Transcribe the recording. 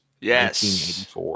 Yes